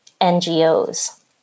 NGOs